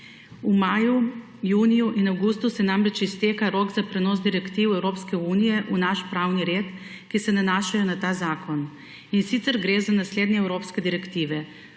V maju, juniju in avgustu se namreč izteka rok za prenos direktiv Evropske unije v naš pravni red, ki se nanašajo na ta zakona, in sicer gre za naslednje evropske direktive: